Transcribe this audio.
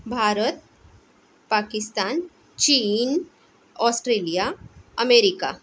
भारत पाकिस्तान चीन Australia America